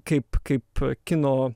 kaip kaip kino